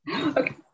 Okay